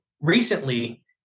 recently